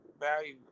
value